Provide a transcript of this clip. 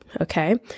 Okay